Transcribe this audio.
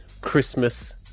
Christmas